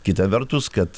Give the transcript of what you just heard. kita vertus kad